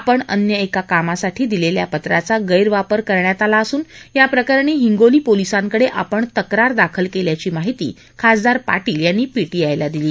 आपण अन्य एका कामासाठी दिलेल्या पत्राचा गैरवापर करण्यात आला असून या प्रकरणी हिंगोली पोलिसांकडे आपण तक्रार दाखल केल्याची माहिती खासदार पाटील यांनी पीटीआयला दिली